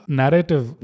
narrative